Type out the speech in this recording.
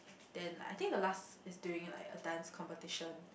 then like I think the last is during like a dance competition